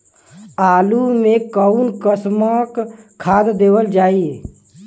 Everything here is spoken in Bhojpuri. आलू मे कऊन कसमक खाद देवल जाई?